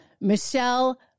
Michelle